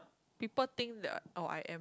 people think that oh I am